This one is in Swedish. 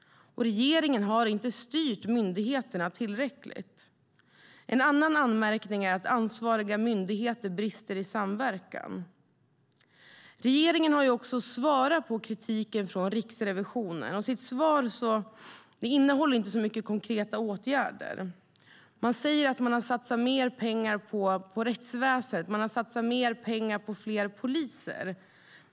Regeringen har inte styrt myndigheterna tillräckligt. En annan anmärkning är att ansvariga myndigheter brister i samverkan. Regeringen har svarat på kritiken från Riksrevisionen. Svaret innehåller inte så många konkreta åtgärder. Man säger att man har satsat mer pengar på rättsväsendet och på fler poliser.